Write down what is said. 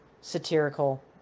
satirical